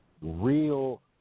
real